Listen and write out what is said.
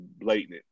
blatant